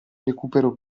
recupero